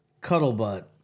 cuddlebutt